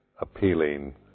appealing